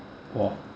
!wah!